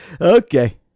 Okay